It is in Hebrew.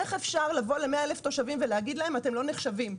איך אפשר לבוא ל-100,000 תושבים ולהגיד להם: אתם לא נחשבים.